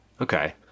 Okay